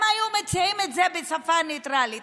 הם היו מציעים את זה בשפה ניטרלית.